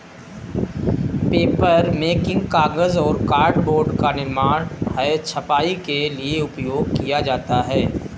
papermaking कागज और cardboard का निर्माण है छपाई के लिए उपयोग किया जाता है